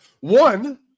One